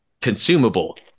consumable